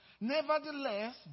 Nevertheless